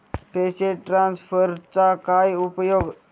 पैसे ट्रान्सफरचा काय उपयोग?